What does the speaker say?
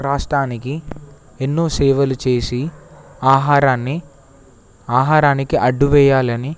రాష్ట్రానికి ఎన్నో సేవలు చేసి ఆహారాన్ని ఆహారానికి అడ్డు వేయాలని